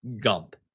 Gump